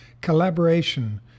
collaboration